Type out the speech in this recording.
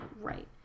right